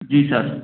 जी sir